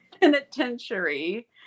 Penitentiary